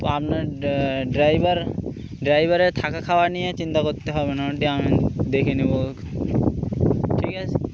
তো আপনার ড্রাইভার ড্রাইভারে থাকা খাওয়া নিয়ে চিন্তা করতে হবে না ওটা আমি দেখে নেবো ঠিক আছে